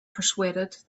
persuaded